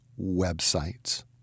websites